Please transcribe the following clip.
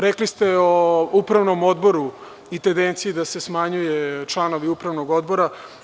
Rekli ste o Upravnom odboru i tendenciji da se smanjuju članovi Upravnog odbora.